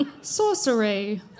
Sorcery